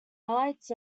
highlights